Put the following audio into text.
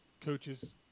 coaches –